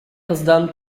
кыздан